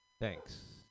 Thanks